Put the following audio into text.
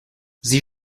sie